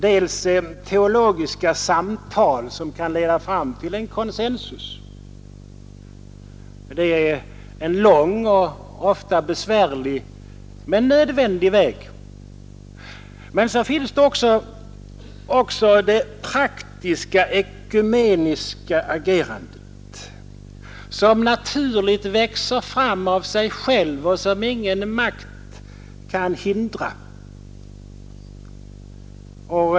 Man kan föra teologiska samtal, som kan leda fram till en consensus; det är en lång och ofta besvärlig, men nödvändig väg. Dessutom finns det praktiska ekumeniska agerandet, som naturligt växer fram och som ingen makt kan hindra.